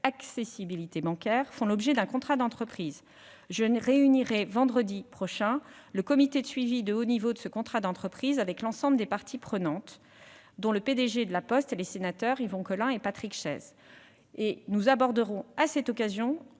accessibilité bancaire -font l'objet d'un contrat d'entreprise. Je réunirai vendredi prochain le comité de suivi de haut niveau de ce contrat d'entreprise avec l'ensemble des parties prenantes, dont le PDG de La Poste et les sénateurs Yvon Collin et Patrick Chaize. Nous aborderons à cette occasion